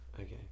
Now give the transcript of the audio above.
Okay